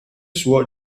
suo